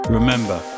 Remember